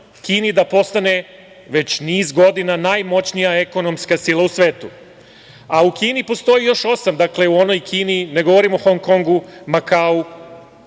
Kini da postane, već niz godina, najmoćnija ekonomska sila u svetu. U Kini postoji još osam, dakle u onoj Kini, ne govorim o Hong Kongu, Makau